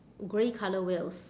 grey colour wheels